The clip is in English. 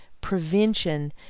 prevention